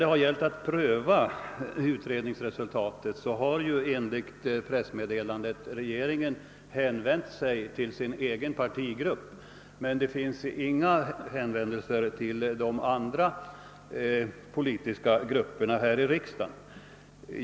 När det gällt att pröva utredningsresultatet har regeringen enligt pressmeddelandet hänvänt sig till sin egen partigrupp, men det har inte gjorts några hänvändelser till de andra partigrupperna här i riksdagen.